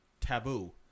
taboo